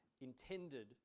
intended